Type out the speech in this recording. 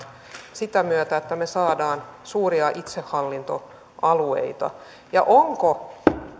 sen myötä että me saamme suuria itsehallintoalueita ja onko